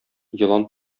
елан